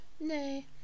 nay